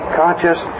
conscious